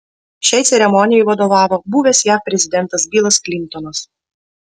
šiai ceremonijai vadovavo buvęs jav prezidentas bilas klintonas